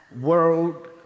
World